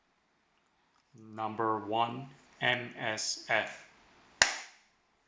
number one M_S_F